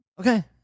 Okay